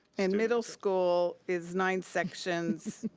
and middle school is nine sections,